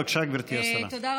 בבקשה, גברתי השרה.